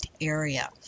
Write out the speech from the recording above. area